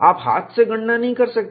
आप हाथ से गणना नहीं कर सकते